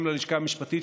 גם ללשכה המשפטית,